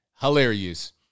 hilarious